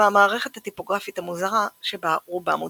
והמערכת הטיפוגרפית המוזרה שבה רובם מודפסים.